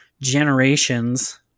generations